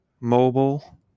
mobile